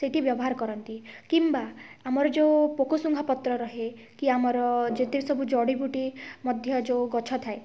ସେଠି ବ୍ୟବହାର କରନ୍ତି କିମ୍ୱା ଆମର ଯେଉଁ ପୋକସୁଙ୍ଘା ପତ୍ର ରହେ କି ଆମର ଯେତେ ସବୁ ଜଡ଼ିବୁଟି ମଧ୍ୟ ଯେଉଁ ଗଛ ଥାଏ